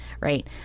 Right